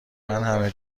همه